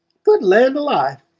good land alive!